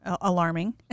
alarming